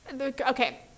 okay